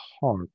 heart